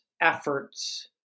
efforts